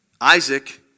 Isaac